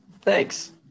Thanks